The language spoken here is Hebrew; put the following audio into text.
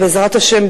בעזרת השם,